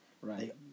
Right